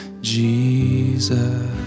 Jesus